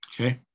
Okay